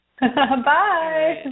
Bye